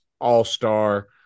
all-star